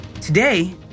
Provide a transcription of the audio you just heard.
Today